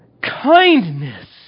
kindness